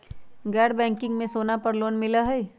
गैर बैंकिंग में सोना पर लोन मिलहई?